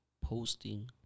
posting